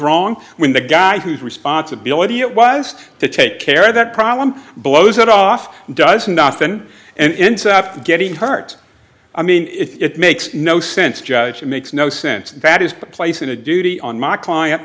wrong when the guy whose responsibility it was to take care of that problem blows it off and does nothing and ends up getting hurt i mean it makes no sense judge makes no sense in fact is placing a duty on my client